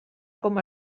com